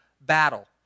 battle